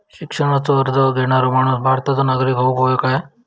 शिक्षणाचो कर्ज घेणारो माणूस भारताचो नागरिक असूक हवो काय?